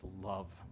love